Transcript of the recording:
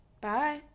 Bye